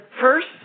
first